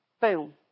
Boom